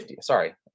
Sorry